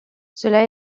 cela